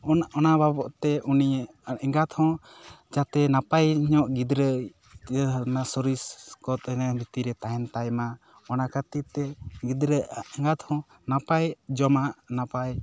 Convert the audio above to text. ᱚᱱᱟ ᱵᱟᱵᱚᱛ ᱛᱮ ᱩᱱᱤ ᱮᱸᱜᱟᱛ ᱦᱚᱸ ᱡᱟᱛᱮ ᱱᱟᱯᱟᱭ ᱧᱚᱜ ᱜᱤᱫᱽᱨᱟᱹᱭ ᱤᱭᱟᱹ ᱚᱱᱮ ᱥᱚᱨᱤᱨ ᱠᱚ ᱛᱟᱦᱮᱸ ᱵᱷᱤᱛᱤᱨ ᱨᱮ ᱛᱟᱦᱮᱸᱱ ᱛᱟᱭᱢᱟ ᱚᱱᱟ ᱠᱷᱟᱹᱛᱤᱨ ᱛᱮ ᱜᱤᱫᱽᱨᱟᱹ ᱮᱸᱜᱟᱛ ᱦᱚᱸ ᱱᱟᱯᱟᱭ ᱡᱚᱢᱟᱜ ᱱᱟᱯᱟᱭ